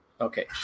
okay